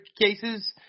cases